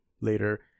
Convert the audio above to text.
later